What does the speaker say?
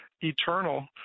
eternal